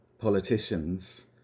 politicians